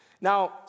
Now